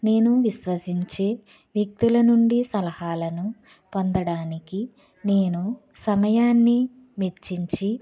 నేను విశ్వసించే వ్యక్తుల నుండి సలహాలను పొందడానికి నేను సమయాన్ని వెచ్చించి